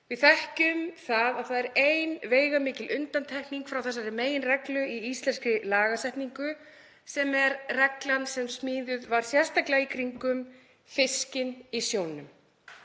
Við þekkjum að það er ein veigamikil undantekning frá þessari meginreglu í íslenskri lagasetningu sem er reglan sem smíðuð var sérstaklega í kringum fiskinn í sjónum.